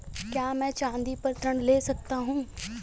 क्या मैं चाँदी पर ऋण ले सकता हूँ?